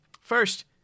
First